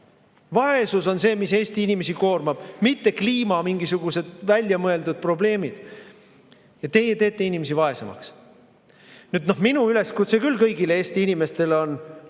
Vaesus on see, mis Eesti inimesi koormab, mitte kliima ja mingisugused väljamõeldud probleemid. Teie teete inimesi vaesemaks. Minu üleskutse küll kõigile Eesti inimestele on